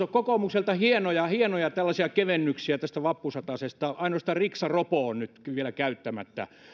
on tullut hienoja hienoja kevennyksiä tästä vappusatasesta ainoastaan riksaropo on nyt vielä käyttämättä